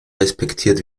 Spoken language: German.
respektiert